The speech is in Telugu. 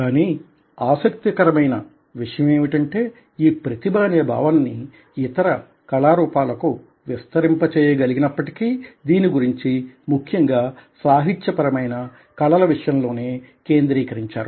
కానీ ఆసక్తికర విషయం ఏమిటంటే ఈ ప్రతిభ అనే భావన ని ఇతర అ కళారూపాలకు విస్తరింప చేయగలిగినప్పటికీ దీని గురించి ముఖ్యంగా సాహిత్యపరమైన కళల విషయం లోనే కేంద్రీకరించారు